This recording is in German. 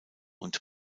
und